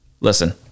Listen